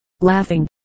laughing